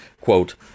Quote